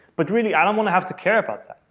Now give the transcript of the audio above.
but really, i don't want to have to care about that.